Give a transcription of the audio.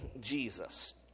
Jesus